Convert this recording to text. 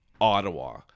Ottawa